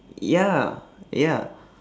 ya ya